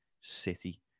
City